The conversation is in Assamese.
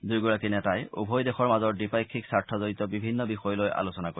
দুয়োগৰাকী নেতাই উভয় দেশৰ মাজৰ দ্বিপাক্ষিক স্বাৰ্থজড়িত বিভিন্ন বিষয় লৈ আলোচনা কৰিব